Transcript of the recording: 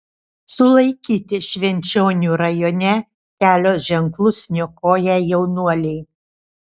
sulaikyti švenčionių rajone kelio ženklus niokoję jaunuoliai